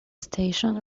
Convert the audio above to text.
station